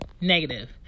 Negative